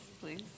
please